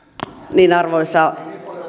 arvoisa